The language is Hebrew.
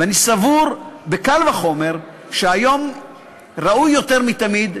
ואני סבור בקל וחומר שהיום ראוי יותר מתמיד,